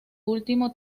último